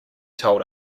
told